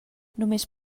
només